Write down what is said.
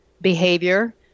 behavior